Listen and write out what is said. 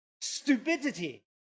stupidity